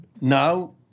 Now